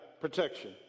protection